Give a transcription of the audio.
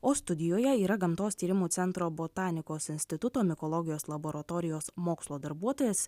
o studijoje yra gamtos tyrimų centro botanikos instituto mikologijos laboratorijos mokslo darbuotojas